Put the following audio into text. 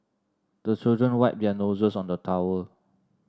the children wipe their noses on the towel